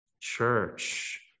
church